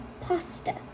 Pasta